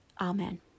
amen